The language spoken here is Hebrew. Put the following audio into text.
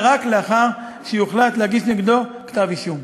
רק לאחר שיוחלט להגיש נגדו כתב אישום.